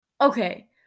Okay